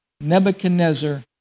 Nebuchadnezzar